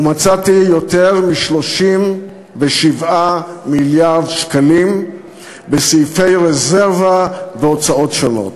ומצאתי יותר מ-37 מיליארד שקלים בסעיפי רזרבה והוצאות שונות.